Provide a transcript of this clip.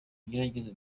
ugerageze